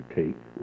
take